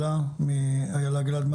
בשטח, ואני מקווה שזה יקרה כמה שיותר מהר.